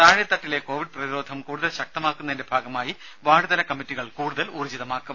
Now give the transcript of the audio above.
താഴെതട്ടിലെ Covid പ്രതിരോധം കൂടുതൽ ശക്തമാക്കുന്നതിന്റെ ഭാഗമായി വാർഡ് തല കമ്മിറ്റികൾ കൂടുതൽ ഊർജ്ജിതമാക്കും